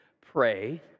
pray